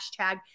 Hashtag